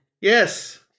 Yes